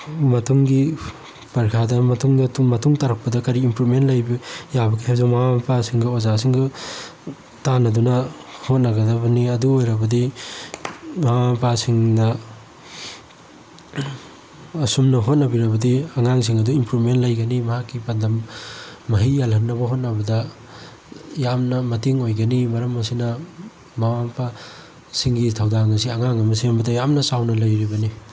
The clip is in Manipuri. ꯃꯇꯨꯒꯤ ꯄꯔꯤꯈꯥꯗ ꯃꯇꯨꯡ ꯇꯥꯔꯛꯄꯗ ꯀꯔꯤ ꯏꯝꯄ꯭ꯔꯨꯞꯃꯦꯟ ꯂꯩꯕ ꯌꯥꯕꯒꯦ ꯍꯥꯏꯕꯗꯨ ꯃꯃꯥ ꯃꯄꯥꯁꯤꯡꯒ ꯑꯣꯖꯥꯁꯤꯡꯒ ꯇꯥꯅꯗꯨꯅ ꯍꯣꯠꯅꯒꯗꯕꯅꯤ ꯑꯗꯨ ꯑꯣꯏꯔꯕꯗꯤ ꯃꯃꯥ ꯃꯄꯥꯁꯤꯡꯅ ꯑꯁꯨꯝꯅ ꯍꯣꯠꯅꯕꯤꯔꯕꯗꯤ ꯑꯉꯥꯡꯁꯤꯡ ꯑꯗꯨ ꯏꯝꯄ꯭ꯔꯨꯞꯃꯦꯟ ꯂꯩꯒꯅꯤ ꯃꯍꯥꯛꯀꯤ ꯄꯥꯟꯗꯝ ꯃꯍꯩ ꯌꯥꯜꯍꯟꯅꯕ ꯍꯣꯠꯅꯕꯗ ꯌꯥꯝꯅ ꯃꯇꯦꯡ ꯑꯣꯏꯒꯅꯤ ꯃꯔꯝ ꯑꯁꯤꯅ ꯃꯃꯥ ꯃꯄꯥꯁꯤꯡꯒꯤ ꯊꯧꯗꯥꯡ ꯑꯁꯤ ꯑꯉꯥꯡ ꯑꯃ ꯁꯦꯝꯕꯗ ꯌꯥꯝꯅ ꯆꯥꯎꯅ ꯂꯩꯔꯤꯕꯅꯤ